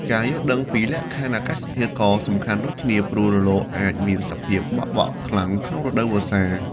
ការយល់ដឹងពីលក្ខខណ្ឌអាកាសធាតុក៏សំខាន់ដូចគ្នា ព្រោះរលកអាចមានសភាពបក់បោកខ្លាំងក្នុងរដូវវស្សា។